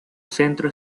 centro